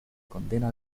condena